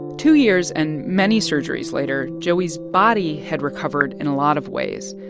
two years and many surgeries later, joey's body had recovered in a lot of ways.